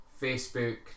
Facebook